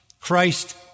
Christ